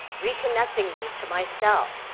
reconnecting me to myself.